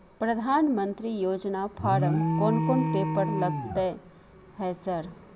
प्रधानमंत्री योजना फारम कोन कोन पेपर लगतै है सर?